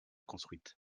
construite